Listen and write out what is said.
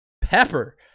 pepper